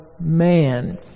man